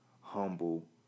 Humble